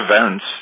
events